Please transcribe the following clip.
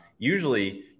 Usually